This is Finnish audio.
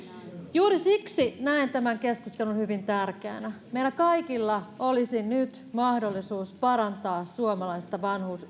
juuri siksi näen tämän keskustelun hyvin tärkeänä meillä kaikilla olisi nyt mahdollisuus parantaa suomalaista